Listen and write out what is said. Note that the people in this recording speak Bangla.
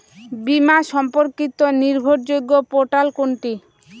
বীমা সম্পর্কিত নির্ভরযোগ্য পোর্টাল কোনটি?